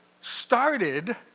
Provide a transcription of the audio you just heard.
started